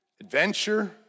adventure